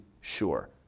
sure